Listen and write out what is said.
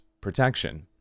protection